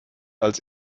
als